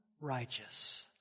righteous